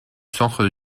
centre